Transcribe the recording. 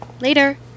Later